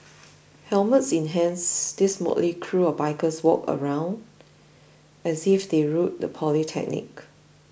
helmets in hands these motley crew of bikers walked around as if they ruled the polytechnic